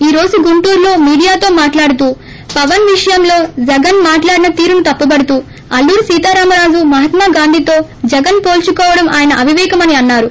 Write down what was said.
ఈ రోజు గుంటూరు లో మీడియా మాట్లాడుతూ పవన్ విషయంలో జగన్ మాట్లాడిన తీరును తప్పుబడుతూ అల్లూరి సీతారామరాజు మహాత్మాగాంధీతో జగన్ పోల్సుకోవడం ఆయన అవివేకమని అన్సారు